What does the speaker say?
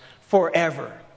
forever